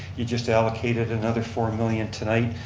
you just allocated another four million tonight.